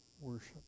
worship